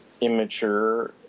immature